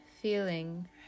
feeling